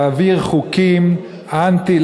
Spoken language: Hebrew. להעביר חוקים אנטי,